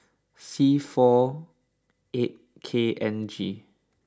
C four eight K N G